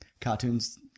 Cartoons